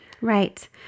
Right